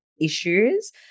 issues